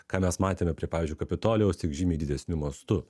ką mes matėme prie pavyzdžiui kapitolijaus tik žymiai didesniu mastu